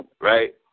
right